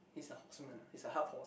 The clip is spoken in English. he is a horseman he is a half horse